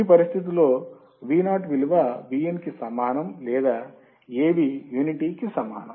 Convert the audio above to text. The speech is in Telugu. ఈ పరిస్థితిలో Vo విలువ Vin కి సమానం లేదా Av యూనిటీకి సమానం